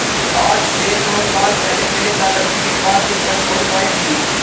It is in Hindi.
आज से दो साल पहले मेरे दादाजी के पास बछौर गाय थी